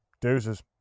Deuces